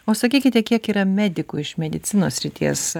o sakykite kiek yra medikų iš medicinos srities